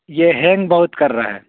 یہ ہینگ بہت کر رہا ہے